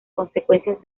consecuencias